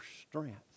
strength